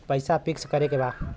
पैसा पिक्स करके बा?